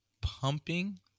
pumping